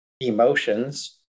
emotions